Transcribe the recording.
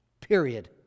Period